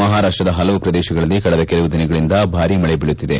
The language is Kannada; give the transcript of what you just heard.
ಮಹಾರಾಷ್ಟದ ಹಲವು ಪ್ರದೇಶಗಳಲ್ಲಿ ಕಳೆದ ಕೆಲವು ದಿನಗಳಿಂದ ಭಾರಿ ಮಳೆ ಬೀಳುತ್ತಿದೆ